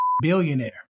billionaire